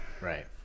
Right